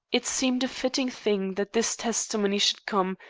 it seemed a fitting thing that this testimony should come,